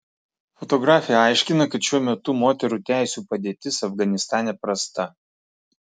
fotografė aiškina kad šiuo metu moterų teisių padėtis afganistane prasta